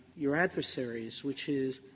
your adversary's, which is,